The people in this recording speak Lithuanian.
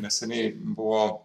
neseniai buvo